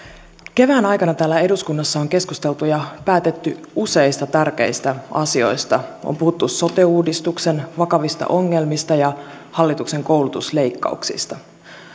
kevään aikana täällä eduskunnassa on keskusteltu ja päätetty useista tärkeistä asioista on puhuttu sote uudistuksen vakavista ongelmista ja hallituksen koulutusleikkauksista